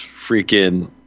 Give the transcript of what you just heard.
freaking